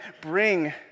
bring